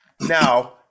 Now